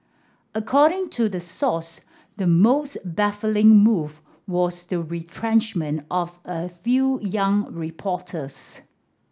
according to the source the most baffling move was the retrenchment of a few young reporters